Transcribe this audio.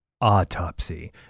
Autopsy